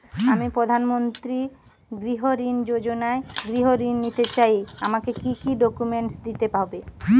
আমি প্রধানমন্ত্রী গৃহ ঋণ যোজনায় গৃহ ঋণ নিতে চাই আমাকে কি কি ডকুমেন্টস দিতে হবে?